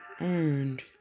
earned